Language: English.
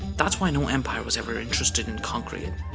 that's why no empire was ever interested in conquering it.